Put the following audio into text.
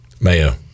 Mayo